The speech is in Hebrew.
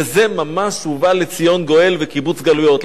וזה ממש ובא לציון גואל וקיבוץ גלויות.